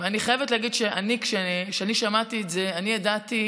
אני חייבת להגיד שכשאני שמעתי את זה אני ידעתי,